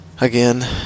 again